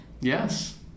Yes